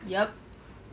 yup